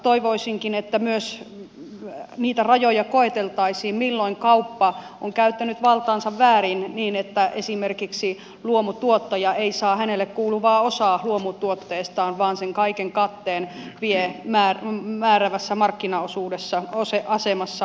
toivoisinkin että myös niitä rajoja koeteltaisiin milloin kauppa on käyttänyt valtaansa väärin niin että esimerkiksi luomutuottaja ei saa hänelle kuuluvaa osaa luomutuotteestaan vaan sen kaiken katteen vie määräävässä markkina asemassa oleva kauppa